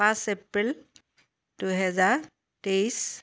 পাঁচ এপ্ৰিল দুহেজাৰ তেইছ